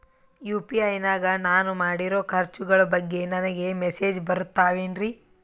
UPI ನಾಗ ನಾನು ಮಾಡಿರೋ ಖರ್ಚುಗಳ ಬಗ್ಗೆ ನನಗೆ ಮೆಸೇಜ್ ಬರುತ್ತಾವೇನ್ರಿ?